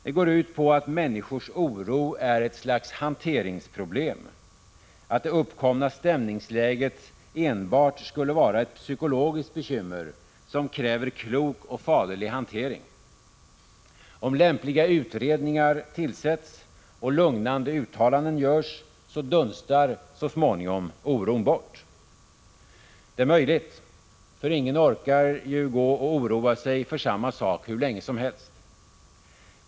Det går ut på att människors oro är ett slags hanteringsproblem, att det uppkomna stämningsläget enbart skulle vara ett psykologiskt bekymmer, som kräver klok och faderlig hantering. Om lämpliga utredningar tillsätts och lugnande uttalanden görs, så dunstar så småningom oron bort. Det är möjligt, för ingen orkar ju gå och oroa sig för samma sak hur länge som helst.